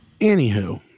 Anywho